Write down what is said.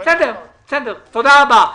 תודה רבה.